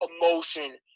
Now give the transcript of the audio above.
emotion